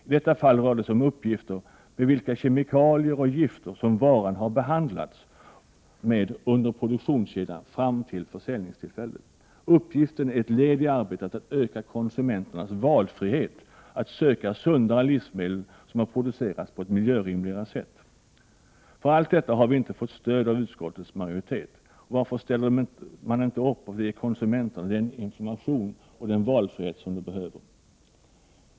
I detta fall rör det sig om uppgifter om vilka kemikalier och gifter som varan har behandlats med under produktionskedjan fram till försäljningstillfället. Uppgiften är ett led i arbetet att öka konsumenternas valfrihet att söka sundare livsmedel, som har producerats på ett miljörimligare sätt. För allt detta har vi inte fått stöd av utskottets majoritet. Varför ställer man inte upp på att ge konsumenterna den information och den valfrihet som de behöver?